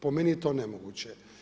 Po meni je to nemoguće.